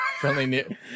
Friendly